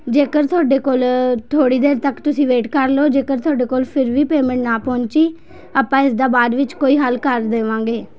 ਜੇਕਰ ਤੁਹਾਡੇ ਕੋਲ ਥੋੜ੍ਹੀ ਦੇਰ ਤੱਕ ਤੁਸੀਂ ਵੇਟ ਕਰ ਲਉ ਜੇਕਰ ਤੁਹਾਡੇ ਕੋਲ ਫਿਰ ਵੀ ਪੇਮੈਂਟ ਨਾ ਪਹੁੰਚੀ ਆਪਾਂ ਇਸਦਾ ਬਾਅਦ ਵਿੱਚ ਕੋਈ ਹੱਲ ਕਰ ਦੇਵਾਂਗੇ